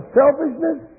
selfishness